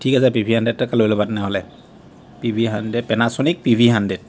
ঠিক আছে P V হাণড্ৰেডকে লৈ ল'বা তেনেহ'লে P V hundred Panasonic P V hundred